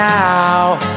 now